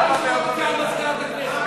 אל תזרוק את זה על